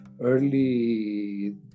early